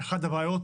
אחת הבעיות